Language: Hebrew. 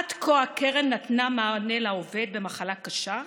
עד כה הקרן נתנה מענה לעובד במחלה קשה,